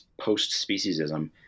post-speciesism